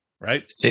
right